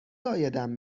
عایدم